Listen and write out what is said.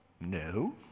No